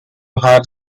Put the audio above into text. her